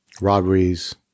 robberies